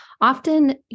often